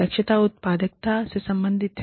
दक्षता उत्पादकता से संबंधित है